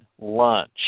lunch